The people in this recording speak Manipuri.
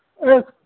ꯑꯦ